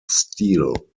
steel